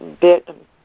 bit